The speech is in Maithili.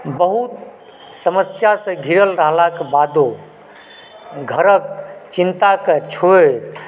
बहुत समस्यासॅं घीरल रहलाक बादो घरक चिंताकेॅं छोड़ि